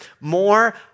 more